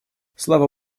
слава